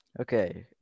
Okay